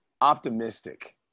optimistic